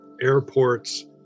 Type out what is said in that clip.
airports